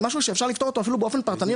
משהו שאפשר לפתור אותו אפילו באופן פרטני,